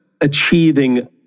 Achieving